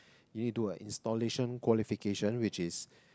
you need to do a installation qualification which is